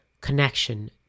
connection